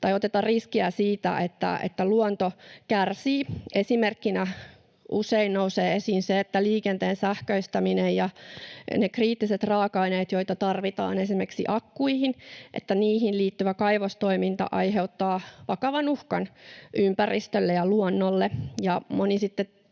tai oteta riskiä siitä, että luonto kärsii. Esimerkkinä usein nousee esiin se, että liikenteen sähköistämiseen ja niihin kriittisiin raaka-aineisiin — joita tarvitaan esimerkiksi akkuihin — liittyvä kaivostoiminta aiheuttaa vakavan uhkan ympäristölle ja luonnolle. Moni sitten